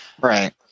Right